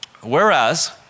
Whereas